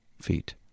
feet